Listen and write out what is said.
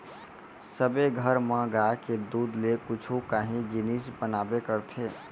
सबे घर म गाय के दूद ले कुछु काही जिनिस बनाबे करथे